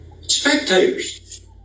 Spectators